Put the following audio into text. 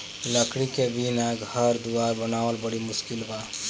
लकड़ी के बिना घर दुवार बनावल बड़ी मुस्किल बा